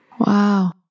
Wow